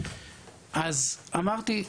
אז אמרתי,